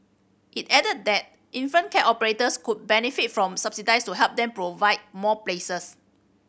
it added that infant care operators could benefit from to help them provide more places